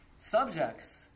subjects